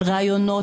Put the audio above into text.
על ראיונות,